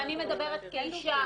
אני מדברת כאישה,